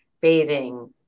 bathing